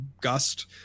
gust